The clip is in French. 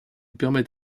permet